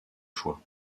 choix